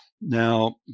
now